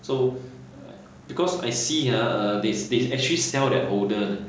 so because I see ha err these they actually sell that holder